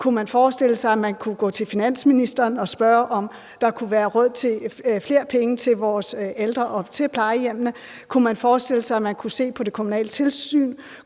Kunne man forestille sig, at man kunne gå til finansministeren og spørge, om der kunne være flere penge til vores ældre og til plejehjemmene? Kunne man forestille sig, at man kunne se på det kommunale tilsyn,